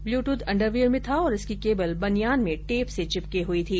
Bluetooth underwear में था और इसकी केबल बनियान में टेप से चिपकी थी